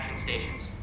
stations